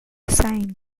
sign